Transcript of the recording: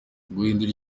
guhindura